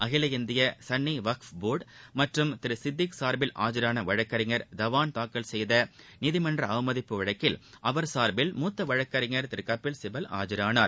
அகில இந்திய சன்னி வக்ஃப் போர்டு மற்றும் திரு சித்திக் சார்பில் ஆஜான வழக்கறிஞர் தவான் தாக்கல் செய்த நீதிமன்ற அவமதிப்பு வழக்கில் அவர் சார்பில் மூத்த வழக்கறிஞர் திரு கபில்சிபல் ஆஜரானார்